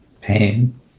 pain